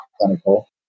clinical